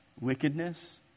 wickedness